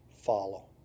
follow